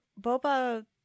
Boba